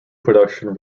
production